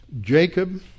Jacob